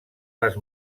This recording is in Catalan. les